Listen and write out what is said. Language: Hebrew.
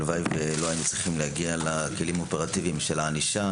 הלוואי שלא היינו צריכים להגיע לכלים האופרטיביים של הענישה,